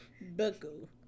Buckle